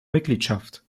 mitgliedschaft